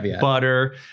butter